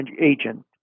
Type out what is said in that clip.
agent